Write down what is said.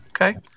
Okay